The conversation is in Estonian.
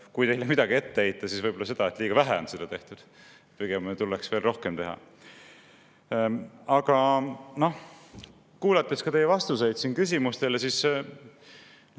kui teile midagi ette heita, siis võib-olla seda, et liiga vähe on seda tehtud. Pigem tuleks veel rohkem teha. Aga kuulates teie vastuseid küsimustele,